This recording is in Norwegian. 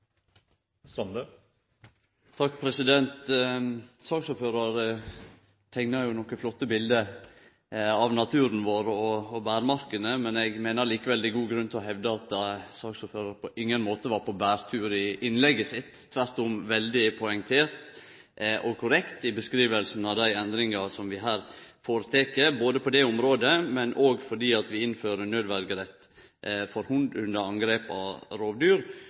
flotte bilete av naturen vår og bærmarkene. Eg meiner likevel det er god grunn til å hevde at saksordføraren på ingen måte var på bærtur i innlegget sitt, men tvert om var veldig poengtert og korrekt i beskrivingane av dei endringane som vi her gjer på det området, og fordi vi innfører nødverjerett for hund under angrep av rovdyr,